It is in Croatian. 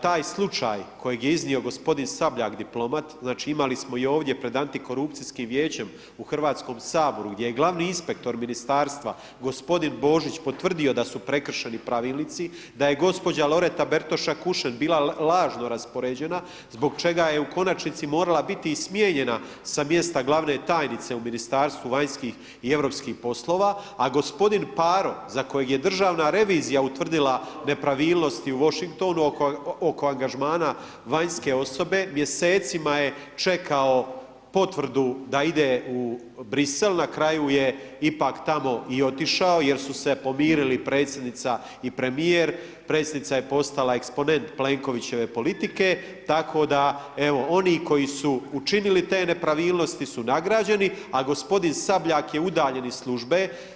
Taj slučaj kojeg je iznio g. Sabljak, diplomat, znači, imali smo i ovdje pred Antikorupcijskim vijećem u HS gdje je glavni inspektor Ministarstva g. Božić potvrdio da su prekršeni Pravilnici, da je gđa. Loreta Bertoša Kušen bila lažno raspoređena zbog čega je u konačnici morala biti i smijenjena sa mjesta glavne tajnice u Ministarstvu vanjskih i europskih poslova, a g. Paro za kojeg je državna revizija utvrdila nepravilnosti u Washingtonu oko angažmana vanjske osobe, mjesecima je čekao Potvrdu da ide u Brisel, na kraju je ipak tamo i otišao jer su se pomirili predsjednica i premijer, predsjednica je postala eksponent Plenkovićeve politike, tako da, evo, oni koji su učinili te nepravilnosti su nagrađeni, a g. Sabljak je udaljen iz službe.